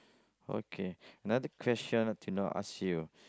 okay another question I want to know ask you